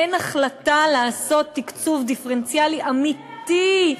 אין החלטה לעשות תקצוב דיפרנציאלי אמיתי,